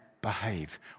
behave